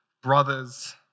Brothers